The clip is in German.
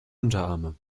unterarme